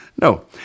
No